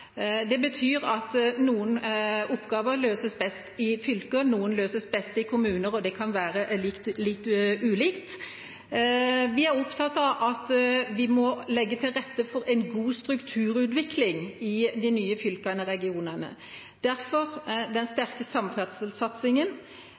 Det betyr at noen oppgaver løses best i fylker, noen løses best i kommuner – det kan være litt ulikt. Vi er opptatt av at vi må legge til rette for en god strukturutvikling i de nye fylkene, i regionene, derfor den